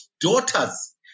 daughters